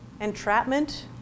Entrapment